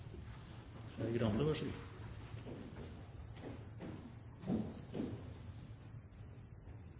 Skei Grande